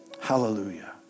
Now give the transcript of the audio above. Hallelujah